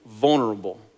vulnerable